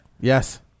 yes